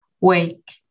wake